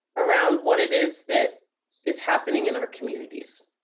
around what it is that is happening in our communities.